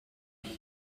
ich